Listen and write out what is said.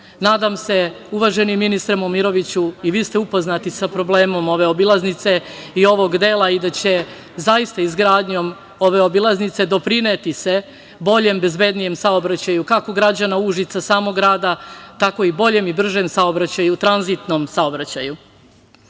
se uvaženi ministre Momiroviću i vi ste upoznati sa problemom ove obilaznice i ovog dela i da će zaista izgradnjom ove obilaznice, doprineti sve boljem, bezbednijem saobraćaju, kako građana Užica, samog grada, tako i boljem i bržem tranzitnom saobraćaju. Kada